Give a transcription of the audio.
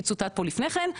כי צותת פה לפני כן,